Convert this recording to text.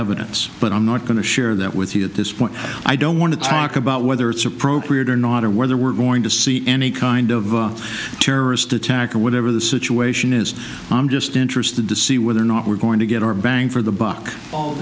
evidence but i'm not going to share that with you at this point i don't want to talk about whether it's appropriate or not or whether we're going to see any kind of terrorist attack or whatever the situation is i'm just interested to see whether or not we're going to get our bang for the buck al